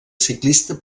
ciclista